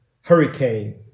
hurricane